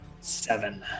Seven